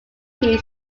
team